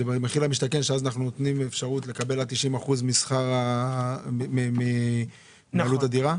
זה מחיר למשתכן שאז אנחנו נותנים אפשרות לקבל עד 90 אחוזים מעלות הדירה?